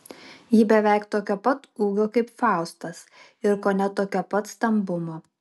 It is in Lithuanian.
ji beveik tokio pat ūgio kaip faustas ir kone tokio pat stambumo